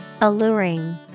Alluring